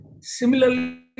Similarly